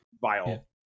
vile